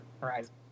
Horizon